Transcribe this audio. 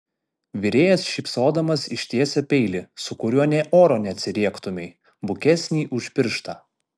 virėjas šypsodamas ištiesia peilį su kuriuo nė oro neatsiriektumei bukesnį už pirštą